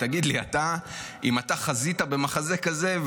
תגיד לי אתה אם אתה חזית במחזה כזה,